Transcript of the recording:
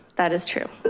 that is true.